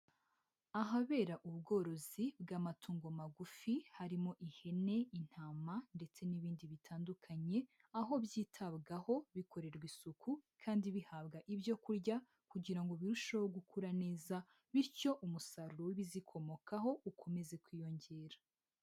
Ahabera ubworozi bw'amatongo magufi harimo ihene, intama ndetse n'ibindi bitandukanye, aho byitabwaho bikorerwa isuku kandi bihabwa ibyo kurya kugira ngo birusheho gukura neza bityo umusaruro w'ibizikomokaho ukomeze kwiyongera.